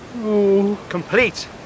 Complete